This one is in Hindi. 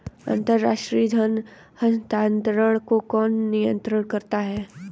अंतर्राष्ट्रीय धन हस्तांतरण को कौन नियंत्रित करता है?